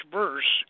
verse